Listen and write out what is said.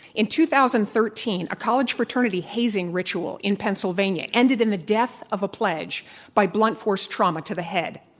in two thousand and thirteen a college fraternity hazing ritual in pennsylvania ended in the death of a pledge by blunt force trauma to the head.